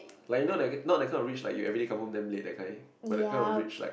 like you know not that kind of rich like you everyday come home damn late that kind but the kind of rich like